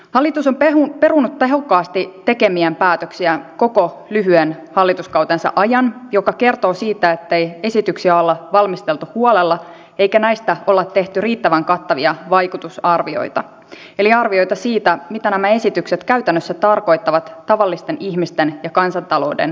hallitus on perunut tehokkaasti tekemiään päätöksiä koko lyhyen hallituskautensa ajan mikä kertoo siitä ettei esityksiä ole valmisteltu huolella eikä näistä ole tehty riittävän kattavia vaikutusarvioita eli arvioita siitä mitä nämä esitykset käytännössä tarkoittavat tavallisten ihmisten ja kansantalouden kannalta